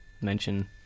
mention